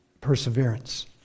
perseverance